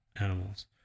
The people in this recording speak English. animals